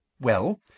Well